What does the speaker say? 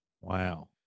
Wow